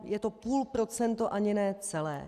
Je to půl procenta, ani ne celé.